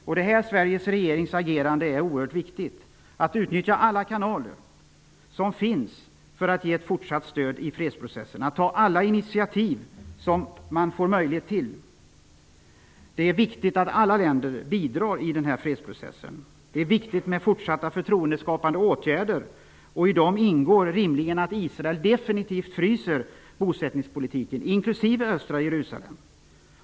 Här är Sveriges regerings agerande oerhört viktigt. Man måste utnyttja alla kanaler som finns för att ge ett fortsatt stöd i fredsprocessen. Man måste ta alla tänkbara initiativ. Det är viktigt att alla länder medverkar i fredsprocessen. Det är angeläget med fortsatta förtroendeskapande åtgärder. I dem ingår rimligen att Israel definitivt fryser bosättningspolitiken, då även beträffande östra Jerusalem.